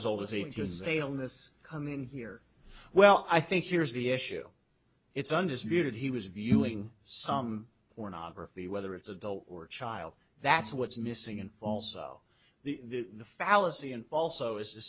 as old as it is a bonus coming in here well i think here is the issue it's undisputed he was viewing some pornography whether it's adult or child that's what's missing and also the the fallacy and also is to